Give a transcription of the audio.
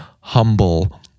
humble